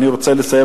אני רוצה לסיים,